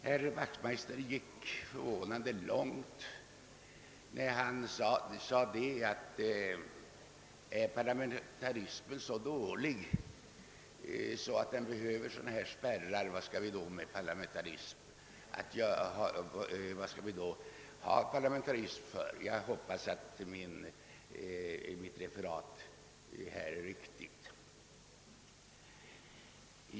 Herr Wachtmeister gick förvånande långt när han frågade, varför vi skall ha parlamentarism, om parlamentarismen är så dålig att den behö ver sådana spärrar — jag hoppas att mitt referat är riktigt.